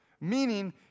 meaning